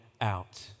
out